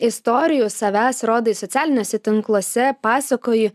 istorijų savęs rodai socialiniuose tinkluose pasakoji